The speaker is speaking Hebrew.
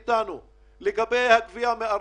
דיברנו עם השר כחלון,